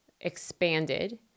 expanded